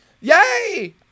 Yay